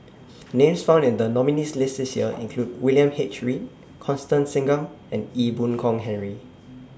Names found in The nominees' list This Year include William H Read Constance Singam and Ee Boon Kong Henry